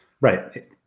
Right